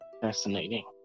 Fascinating